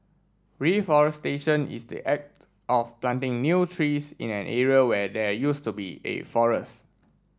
reforestation is the act of planting new trees in an area where there used to be a forest